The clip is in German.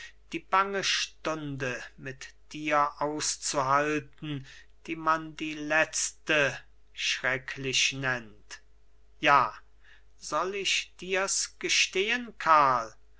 die bange stunde mit dir auszuhalten die man die letzte schrecklich nennt ja soll ich dirs gestehen karl